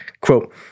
Quote